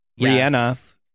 Rihanna